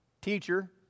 teacher